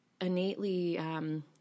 innately